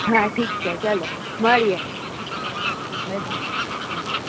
હા ઠીક છે ચાલો મળીએ હા બાય બાય હ